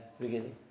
beginning